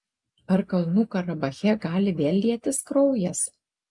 ar kalnų karabache gali vėl lietis kraujas